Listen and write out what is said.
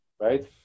right